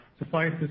Suffice